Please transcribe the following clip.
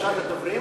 ודוברים?